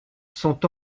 sont